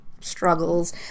struggles